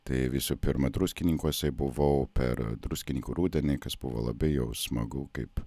tai visų pirma druskininkuose buvau per druskininkų rudenį kas buvo labai jau smagu kaip